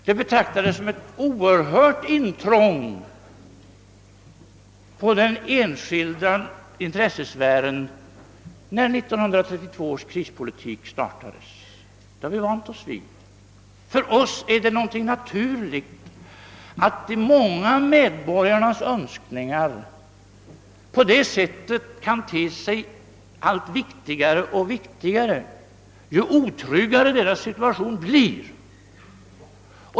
Det betraktades som ett oerhört intrång i den enskilda intressesfären när 1932 års krispolitik lanserades. Dessa åtgärder har vi nu vant oss vid. För oss är det någonting naturligt, att de många medborgarnas önskningar ter sig allt viktigare, ju otryggare deras situation blir.